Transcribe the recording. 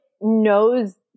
knows